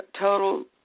total